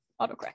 autocorrect